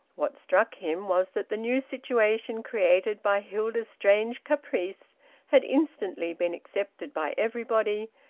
what struck him was that the new situation created by hilda's strange caprice had instantly been accepted by everybody,